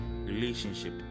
Relationship